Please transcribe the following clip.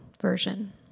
version